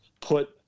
put